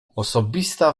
osobista